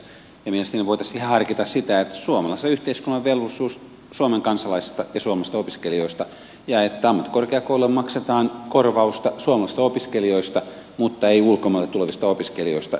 mielestäni voitaisiin ihan harkita sitä että kun suomalaisella yhteiskunnalla on velvollisuus huolehtia suomen kansalaisista ja suomalaisista opiskelijoista niin ammattikorkeakouluille maksetaan korvausta suomalaisista opiskelijoista mutta ei ulkomailta tulevista opiskelijoista